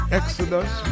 exodus